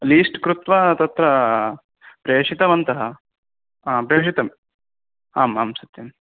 least कृत्वा तत्र प्रेषितवन्तः प्रेषितम् आम् आम् सत्यम्